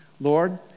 Lord